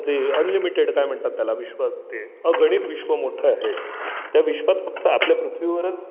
जे अनलिमिटेड काय म्हणतात त्याला विश्वात ते अगणित विश्व मोठं आहे त्या विश्वात फक्त आपल्या पृथ्वीवरच